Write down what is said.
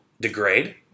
degrade